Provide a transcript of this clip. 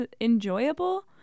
enjoyable